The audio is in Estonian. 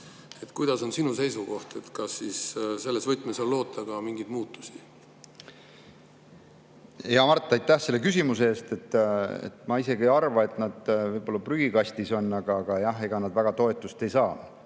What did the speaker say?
Kuidas on sinu seisukoht, kas selles võtmes on loota ka mingeid muutusi? Hea Mart, aitäh selle küsimuse eest! Ma isegi ei arva, et nad prügikastis on, aga jah, ega nad väga toetust ei saa.